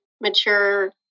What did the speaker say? mature